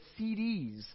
CDs